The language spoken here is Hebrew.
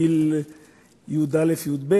בכיתות י"א-י"ב,